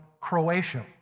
Croatia